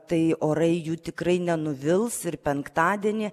tai orai jų tikrai nenuvils ir penktadienį